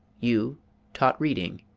you taught reading,